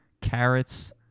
carrots